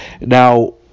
Now